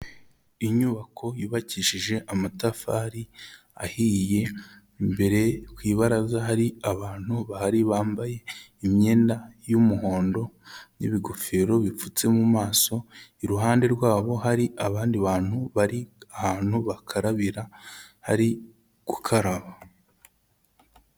Inyubako yubakishije amatafari ahiye, imbere ku ibaraza hari abantu bahari bambaye imyenda y'umuhondo n'ibigofero bipfutse mu maso, iruhande rwabo hari abandi bantu bari ahantu bakarabira bari gukaraba.